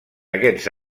aquests